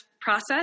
process